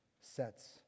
sets